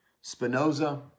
Spinoza